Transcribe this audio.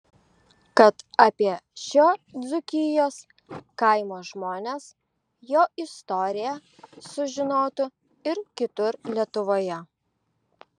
kad apie šio dzūkijos kaimo žmones jo istoriją sužinotų ir kitur lietuvoje